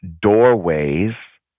doorways